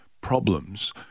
problems